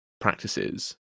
practices